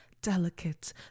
Delicate